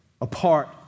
apart